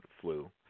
flu